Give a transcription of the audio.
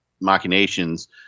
machinations